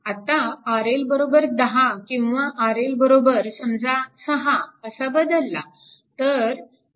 आता RL 10 किंवा RL समजा 6 असा बदलला